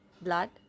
blood